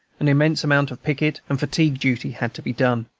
an immense amount of picket and fatigue duty had to be done.